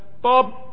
Bob